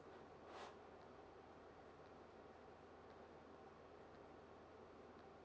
oh